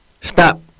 Stop